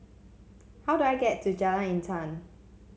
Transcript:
how do I get to Jalan Intan